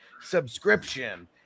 subscription